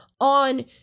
on